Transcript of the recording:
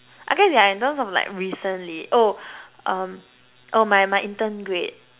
I guess ya in terms of like recently oh um oh my my intern grade